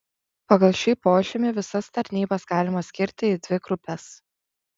pagal šį požymį visas tarnybas galima skirti į dvi grupes